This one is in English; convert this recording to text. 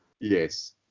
Yes